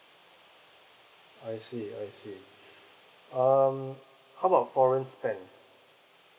I see I see um how about foreign spend